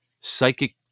psychic